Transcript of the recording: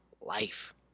life